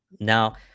now